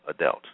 adult